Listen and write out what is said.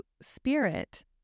spirit